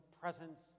presence